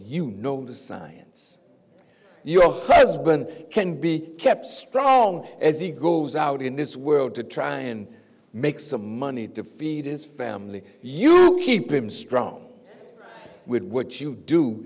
you know in the science your husband can be kept strong as he goes out in this world to try and make some money to feed his family you keep him strong with what you do